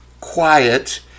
quiet